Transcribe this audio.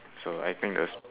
so I think the s~